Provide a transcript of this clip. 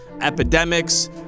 epidemics